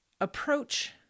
approach